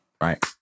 right